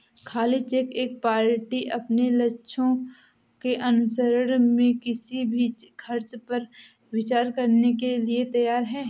खाली चेक एक पार्टी अपने लक्ष्यों के अनुसरण में किसी भी खर्च पर विचार करने के लिए तैयार है